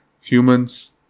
humans